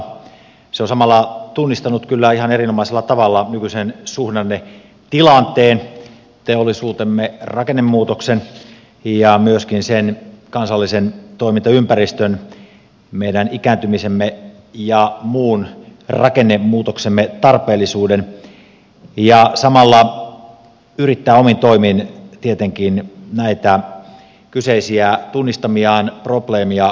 se on samalla tunnistanut kyllä ihan erinomaisella tavalla nykyisen suhdannetilanteen teollisuutemme rakennemuutoksen ja myöskin sen kansallisen toimintaympäristön meidän ikääntymisemme ja muun rakennemuutoksen tarpeellisuuden ja samalla yrittää omin toimin tietenkin näitä kyseisiä tunnistamiaan probleemeja korjata